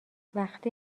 وقتی